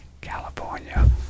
California